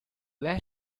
let